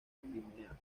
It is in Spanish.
crimea